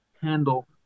handle